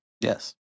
Yes